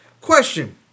Question